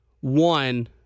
one